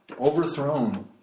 Overthrown